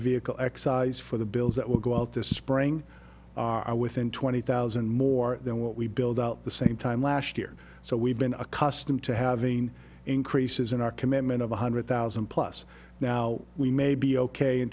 vehicle excise for the bills that will go out this spring are within twenty thousand more than what we build out the same time last year so we've been accustomed to having increases in our commitment of one hundred thousand plus now we may be ok in